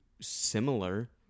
Similar